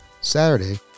Saturday